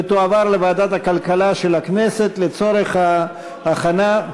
ותועבר לוועדת הכלכלה של הכנסת לצורך ההכנה,